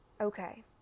Okay